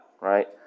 right